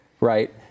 right